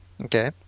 okay